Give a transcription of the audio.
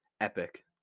epic